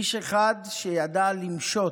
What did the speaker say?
איש אחד שידע למשות,